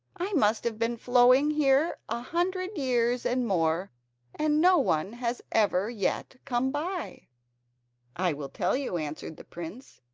i must have been flowing here a hundred years and more and no one has ever yet come by i will tell you answered the prince,